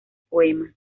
poema